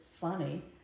funny